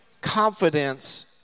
confidence